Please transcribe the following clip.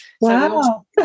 Wow